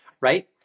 right